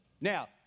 Now